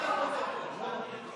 רק לפרוטוקול.